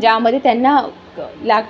ज्यामध्ये त्यांना ला